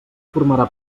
formarà